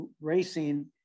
racing